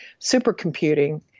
supercomputing